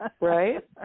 Right